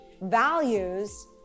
values